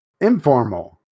informal